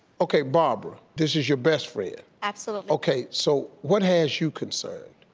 okay barbara, this is your best friend. absolutely. okay so what has you concerned?